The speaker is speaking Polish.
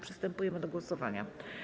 Przystępujemy do głosowania.